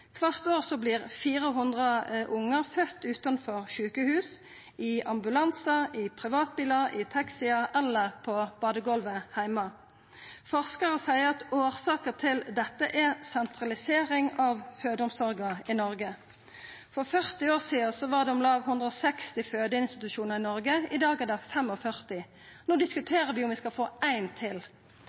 Kvart år vert 400 ungar fødde utanfor sjukehus – i ambulansar, i privatbilar, i taxiar eller på badegolvet heime. Forskarar seier at årsaka til dette er sentralisering av fødeomsorga i Noreg. For 40 år sidan var det om lag 160 fødeinstitusjonar i Noreg, i dag er det 45. No diskuterer vi om vi skal få ein til.